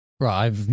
Right